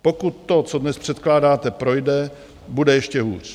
Pokud to, co dnes předkládáte, projde, bude ještě hůř.